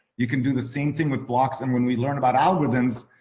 you can do the same thing with blocks. and when we learn about algorithms,